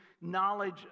knowledge